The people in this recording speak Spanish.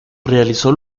realizó